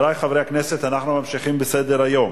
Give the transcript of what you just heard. נעבור להצעות לסדר-היום